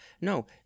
No